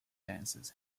dancers